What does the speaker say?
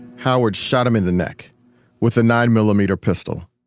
howard shot him in the neck with a nine millimeter pistol.